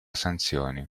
sanzioni